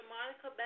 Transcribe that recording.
Monica